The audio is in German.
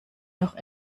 noch